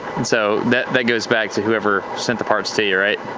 and so that that goes back to whoever sent the parts to you, right?